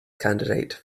candidate